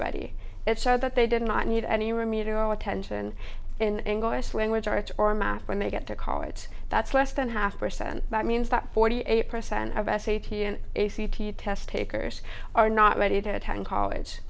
ready it showed that they did not need any remedial attention in english language arts or math when they get to college that's less than half a percent that means that forty eight percent of s a t s a c t test takers are not ready to attend college